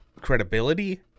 credibility